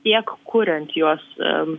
tiek kuriant juos